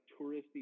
touristy